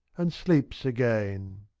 and sleeps again.